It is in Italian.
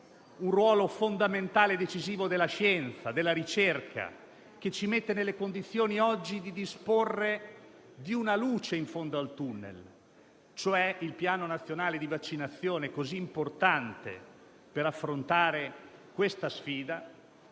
un ruolo fondamentale e decisivo della scienza e della ricerca, che ci mettono oggi nelle condizioni di vedere una luce in fondo al tunnel - ovvero il piano nazionale di vaccinazione, così importante per affrontare questa sfida